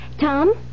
Tom